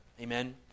Amen